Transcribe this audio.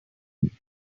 things